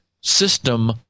system